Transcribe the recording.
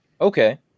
Okay